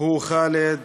הוא חאלד